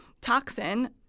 toxin